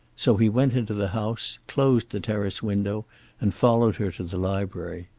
so he went into the house, closed the terrace window and followed her to the library.